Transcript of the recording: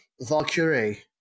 Valkyrie